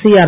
CR